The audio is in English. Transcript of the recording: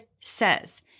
says